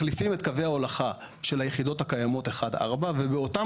מחליפים את קווי ההולכה של היחידות הקיימות 4-1 ובאותם